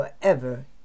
forever